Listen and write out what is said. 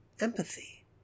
empathy